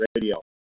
radio